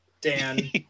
Dan